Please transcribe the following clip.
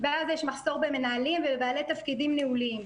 ואז יש מחסור במנהלים ובבעלי תפקידים ניהוליים.